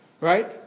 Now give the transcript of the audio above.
right